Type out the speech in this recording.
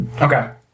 Okay